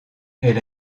elle